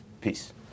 Peace